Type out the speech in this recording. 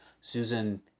Susan